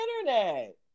internet